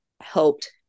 helped